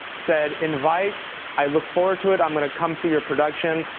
said invite i look forward to it. i'm going to come see your production.